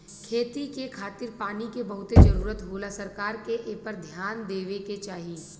खेती के खातिर पानी के बहुते जरूरत होला सरकार के एपर ध्यान देवे के चाही